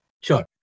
Sure